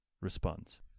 responds